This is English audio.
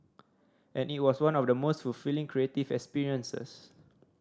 and it was one of the most fulfilling creative experiences